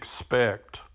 expect